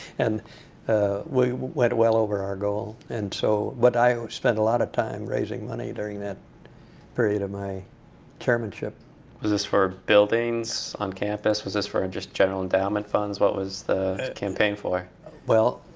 and we went well over our goal. and so, but i spent a lot of time raising money during that period of my chairmanship was this for buildings on campus, was this for just general endowment funds? what was the campaign for? johnson well,